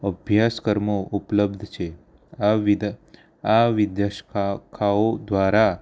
અભ્યાસક્રમો ઉપલબ્ધ છે આ આ વિદ્યાશાખાઓ દ્વારા